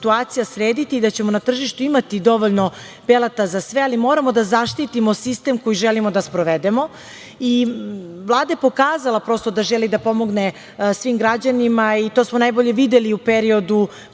se ova situacija srediti i da ćemo na tržištu imati dovoljno peleta za sve, ali moramo da zaštitimo sistem koji želimo da sprovedemo. Vlada je pokazala da želi da pomogne svim građanima i to smo najbolje videli u periodu